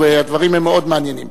והדברים הם מאוד מעניינים.